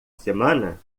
semana